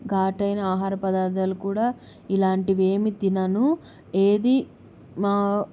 ఘాటైన ఆహార పదార్థాలు కూడా ఇలాంటివేమి తినను ఏది మా